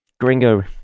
gringo